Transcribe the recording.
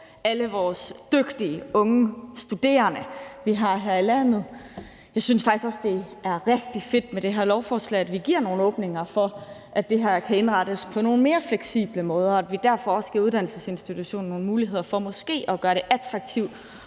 alle vores dygtige unge studerende, vi har her i landet. Vi synes faktisk også, det er rigtig fedt, at vi med det her lovforslag giver nogle åbninger for, at det her kan indrettes på nogle mere fleksible måder, og at vi derfor også giver uddannelsesinstitutionerne nogle muligheder for måske at gøre det attraktivt